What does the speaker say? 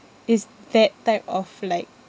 is that type of like